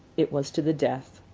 it was to the death.